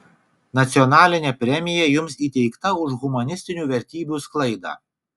nacionalinė premija jums įteikta už humanistinių vertybių sklaidą